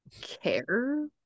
care